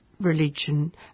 religion